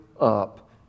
up